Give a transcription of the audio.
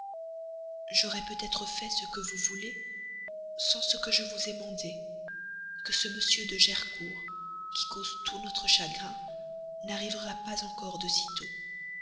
j'aurais peut-être fait ce que vous voulez sans ce que je vous ai mandé que ce m de gercourt qui cause tout notre chagrin n'arrivera pas encore de